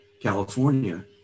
California